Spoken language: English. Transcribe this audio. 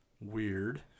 Weird